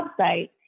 website